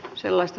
sellaista